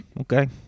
Okay